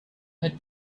had